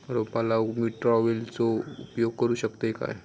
रोपा लाऊक मी ट्रावेलचो उपयोग करू शकतय काय?